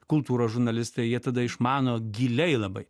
kultūros žurnalistai jie tada išmano giliai labai